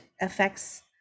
affects